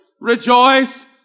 Rejoice